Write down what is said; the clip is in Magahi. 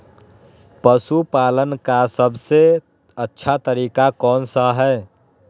पशु पालन का सबसे अच्छा तरीका कौन सा हैँ?